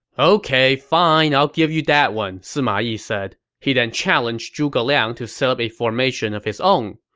ok, fine, i'll give you that one, sima yi said. he then challenged zhuge liang to set up a formation of his own.